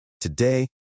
Today